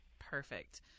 Perfect